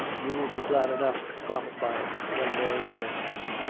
you will be glad enough to profit by it, when mary reigns.